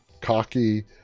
cocky